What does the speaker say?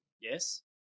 Yes